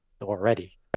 already